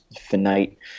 finite